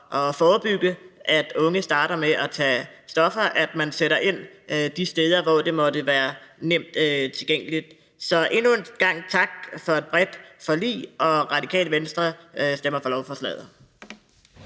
at forebygge, at unge starter med at tage stoffer, at man sætter ind de steder, hvor det måtte være nemt tilgængeligt. Så endnu en gang tak for et bredt forlig. Radikale Venstre stemmer for lovforslaget.